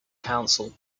council